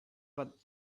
but